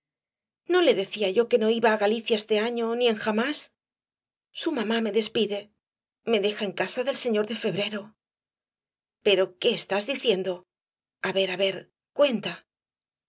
no le decía yo que no iba á galicia este año ni en jamás su mamá me despide me deja en casa del señor de febrero pero qué estás diciendo a ver á ver cuenta